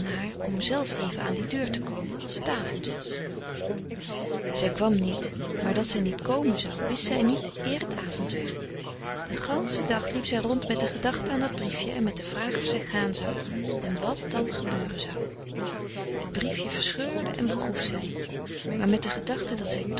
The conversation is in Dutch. om zelf even aan die deur te komen als t avond was zij kwam niet maar dat zij niet komen zou wist zij niet eer t avond werd den ganschen dag liep zij rond met de gedachte aan dat briefje en met de vraag of zij gaan zou en wat dan gebeuren zou het briefje verscheurde en begroef zij maar met de gedachte dat zij